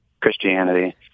Christianity